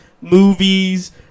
movies